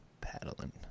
paddling